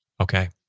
Okay